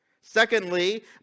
Secondly